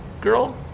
Girl